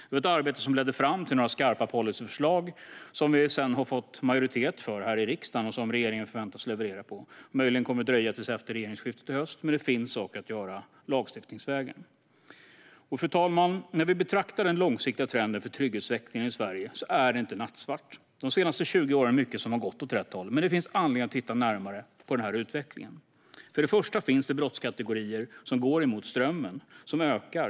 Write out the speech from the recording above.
Det var ett arbete som ledde fram till några skarpa policyförslag, som vi sedan har fått majoritet för här i riksdagen och som regeringen förväntas leverera på. Möjligen kommer det att dröja tills efter regeringsskiftet i höst, men det finns saker att göra lagstiftningsvägen. Fru talman! När vi betraktar den långsiktiga trenden för trygghetsutvecklingen i Sverige ser vi att den inte är nattsvart. De senaste 20 åren är det mycket som har gått åt rätt håll. Men det finns anledning att titta närmare på den här utvecklingen, för det finns brottskategorier som går mot strömmen och ökar.